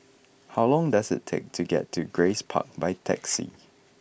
how long does it take to get to Grace Park by taxi